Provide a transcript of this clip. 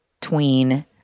tween